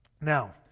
Now